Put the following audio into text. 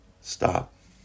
Stop